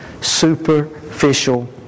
superficial